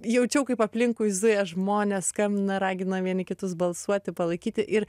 jaučiau kaip aplinkui zuja žmonės skambina ragina vieni kitus balsuoti palaikyti ir